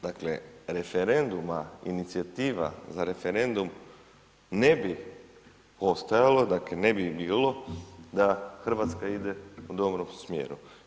Dakle referenduma inicijativa na referendum ne bi postojalo, dakle ne bi ih bila da Hrvatska ide u dobrom smjeru.